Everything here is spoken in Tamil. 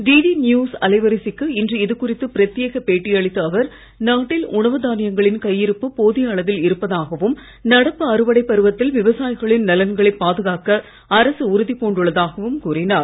டிடி நியூஸ் அலைவரிசைக்கு இன்று இது குறித்து பிரத்யேக பேட்டி அளித்த அவர் நாட்டில் உணவு தானியங்களின் கையிருப்பு போதிய அளவில் இருப்பதாகவும் நடப்பு அறுவடை பருவத்தில் விவசாயிகளின் நலன்களை பாதுகாக்க அரசு உறுதி பூண்டுள்ளதாகவும் கூறினார்